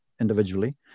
individually